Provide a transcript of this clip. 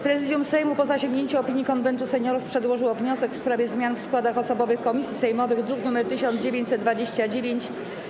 Prezydium Sejmu, po zasięgnięciu opinii Konwentu Seniorów, przedłożyło wniosek w sprawie zmian w składach osobowych komisji sejmowych, druk nr 1929.